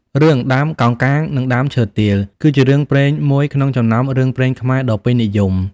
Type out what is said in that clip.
រឿង ដើមកោងកាងនិងដើមឈើទាល គឺជារឿងព្រេងមួយក្នុងចំណោមរឿងព្រេងខ្មែរដ៏ពេញនិយម ។